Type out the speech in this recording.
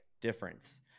difference